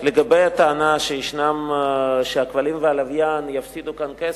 לגבי הטענה שהכבלים והלוויין יפסידו כאן כסף,